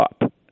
up